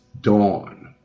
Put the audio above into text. dawn